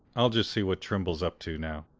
i'll just see what timbrell's up to now.